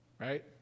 Right